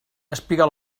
espiga